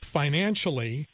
financially